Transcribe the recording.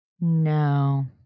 No